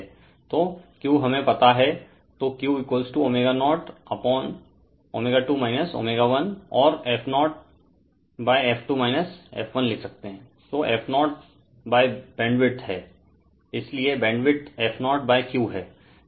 तो Q हमे पता हैं तो Qω0ω2 ω1 और f0 f 2 f 1 लिख सकते है तो f0BW हैं इसलिए बैंडविड्थ f0Q हैं